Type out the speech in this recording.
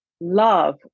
love